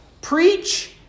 Preach